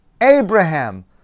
Abraham